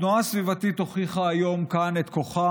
התנועה הסביבתית הוכיחה כאן היום את כוחה.